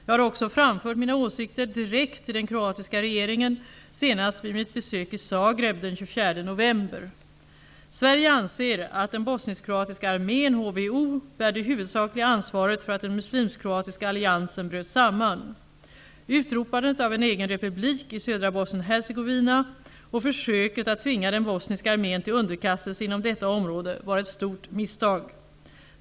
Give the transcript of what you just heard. Jag har också framfört mina åsikter direkt till den kroatiska regeringen, senast vid mitt besök i Zagreb den 24 november. Sverige anser att den bosnisk-kroatiska armén bär det huvudsakliga ansvaret för att den muslimsk/kroatiska alliansen bröt samman. Hercegovina och försöket att tvinga den bosniska armén till underkastelse inom detta område var ett stort misstag.